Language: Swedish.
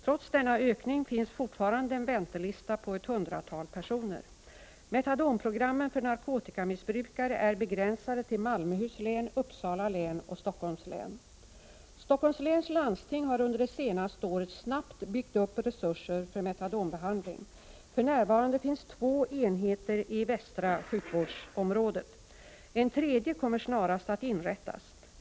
Trots denna ökning finns fortfarande en väntelista på ett hundratal personer. Metadonprogrammen för narkotikamissbrukare är begränsade till Malmöhus län, Uppsala län och Stockholms län. Stockholms läns landsting har under det senaste året snabbt byggt upp resurser för metadonbehandling. För närvarande finns två enheter i västra sjukvårdsområdet. En tredje kommer snart att inrättas.